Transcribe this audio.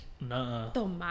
No